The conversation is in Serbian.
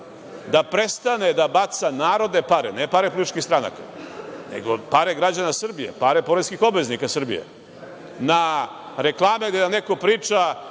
da prestane da baca narodne pare, ne pare političkih stranaka, nego pare građane Srbije, pare poreskih obveznika Srbije, na reklame gde nam neko priča